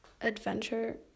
adventure